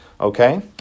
Okay